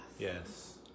Yes